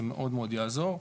זה מאוד מאוד יעזור.